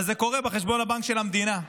אבל זה קורה בחשבון הבנק של המדינה.